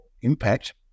impact